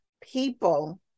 people